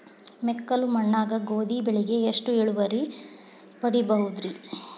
ಮೆಕ್ಕಲು ಮಣ್ಣಾಗ ಗೋಧಿ ಬೆಳಿಗೆ ಎಷ್ಟ ಇಳುವರಿ ಪಡಿಬಹುದ್ರಿ?